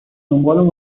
دنبالم